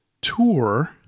tour